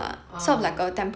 ah